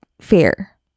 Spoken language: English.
fair